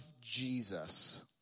Jesus